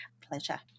Pleasure